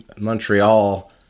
Montreal